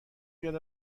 بیاد